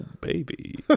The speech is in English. baby